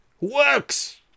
works